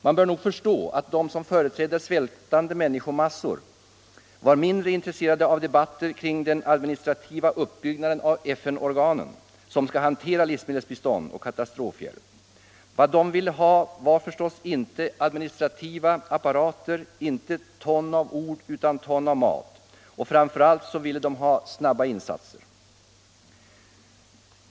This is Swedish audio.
Man bör nog förstå att de som företrädde svältande människomassor var mindre intresserade av debatter kring den administrativa uppbyggnaden av de FN-organ som skall hantera livsmedelsbistånd och katastrofhjälp. Vad de ville ha var förstås inte administrativa apparater, inte ”ton av ord utan ton av mat”. Framför allt ville de ha snabba insatser.